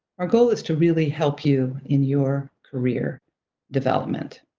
our goal is to really help you in your career development.